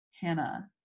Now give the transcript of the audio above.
Hannah